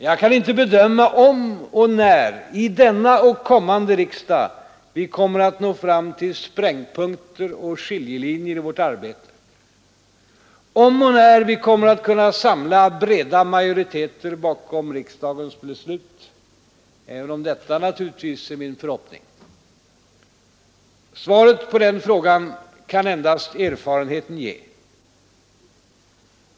Jag kan inte bedöma om och när i denna och kommande riksdag vi kommer att nå fram till sprängpunkter och skiljelinjer i vårt arbete, om och när vi kommer att kunna samla breda majoriteter bakom riksdagens beslut, även om detta naturligtvis är min förhoppning. Svaret på den frågan kan endast erfarenheten ge.